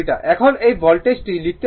এখন এই ভোল্টেজটি লিখতে পারেন